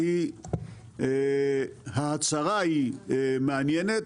ההצהרה היא מעניינת,